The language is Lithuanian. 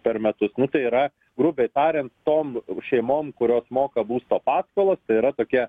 per metus nu tai yra grubiai tariant tom šeimom kurios moka būsto paskolas yra tokia